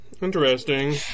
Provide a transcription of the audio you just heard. Interesting